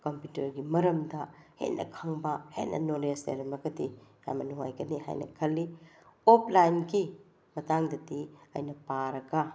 ꯀꯝꯄ꯭ꯌꯨꯇ꯭ꯔꯒꯤ ꯃꯔꯝꯗ ꯍꯦꯟꯅ ꯈꯪꯕ ꯍꯦꯟꯅ ꯅꯣꯂꯦꯖ ꯂꯩꯔꯝꯃꯒꯗꯤ ꯌꯥꯝꯅ ꯅꯨꯉꯥꯏꯒꯅꯤ ꯍꯥꯏꯅ ꯈꯜꯂꯤ ꯑꯣꯞꯂꯥꯏꯟꯒꯤ ꯃꯇꯥꯡꯗꯗꯤ ꯑꯩꯅ ꯄꯥꯔꯒ